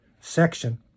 section